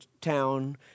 town